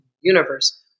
universe